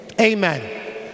amen